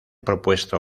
propuesto